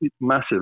massive